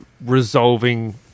Resolving